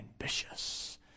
ambitious